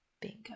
bingo